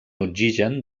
oxigen